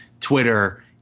twitter